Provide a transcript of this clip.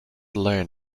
learn